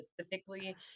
specifically